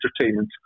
entertainment